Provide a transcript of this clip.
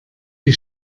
die